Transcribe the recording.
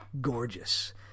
gorgeous